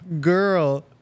girl